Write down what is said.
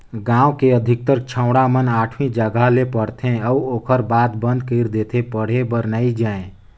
गांव के अधिकार छौड़ा मन आठवी जघा ले पढ़थे अउ ओखर बाद बंद कइर देथे पढ़े बर नइ जायें